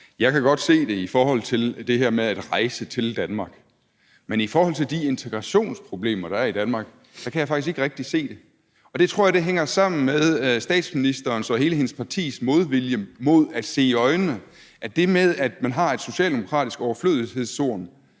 jeg kan godt se det i forhold til det her med at rejse til Danmark. Men i forhold til de integrationsproblemer, der er i Danmark, kan jeg faktisk ikke rigtig se det. Det tror jeg hænger sammen med statsministerens og hele hendes partis modvilje mod at se i øjnene, at det med, at man har et socialdemokratisk overflødighedshorn,